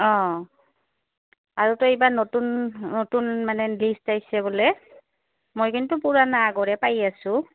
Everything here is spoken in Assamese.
অঁ আৰু তো এইবাৰ নতুন নতুন মানে লিষ্ট আহিছে বোলে মই কিন্তু পুৰানা আগৰে পায় আছোঁ